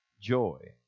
joy